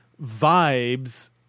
vibes